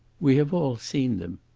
we have all seen them.